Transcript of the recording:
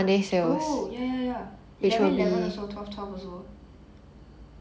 oh ya ya ya eleven eleven also twelve twelve also